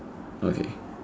okay